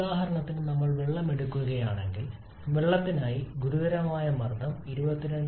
ഉദാഹരണത്തിന് നമ്മൾ വെള്ളം എടുക്കുകയാണെങ്കിൽ വെള്ളത്തിനായി ഗുരുതരമായ മർദ്ദം 22